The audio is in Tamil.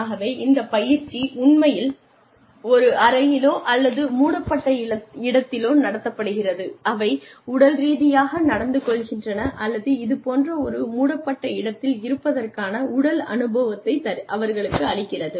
ஆகவே இந்த பயிற்சி உண்மையில் ஒரு அறையிலோ அல்லது மூடப்பட்ட இடத்திலோ நடத்தப்படுகிறது அவை உடல் ரீதியாக நடந்து கொள்கின்றன அல்லது இது போன்ற ஒரு மூடப்பட்ட இடத்தில் இருப்பதற்கான உடல் அனுபவத்தை அவர்களுக்கு அளிக்கிறது